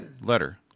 letter